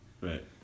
Right